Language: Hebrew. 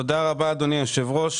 תודה רבה, אדוני היושב-ראש.